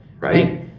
Right